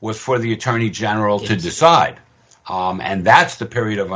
were for the attorney general to decide and that's the period of